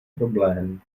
problém